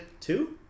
Two